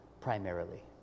primarily